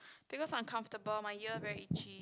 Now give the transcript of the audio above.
because uncomfortable my ear very itchy